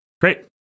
Great